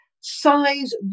size